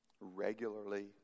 Regularly